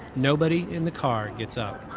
nobody in the car gets up.